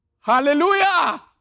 Hallelujah